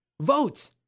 Vote